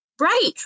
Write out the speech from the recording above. Right